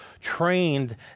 trained